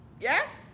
Yes